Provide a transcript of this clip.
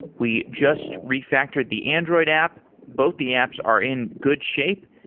we just refactored the android app. both the apps are in good shape.